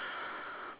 okay that one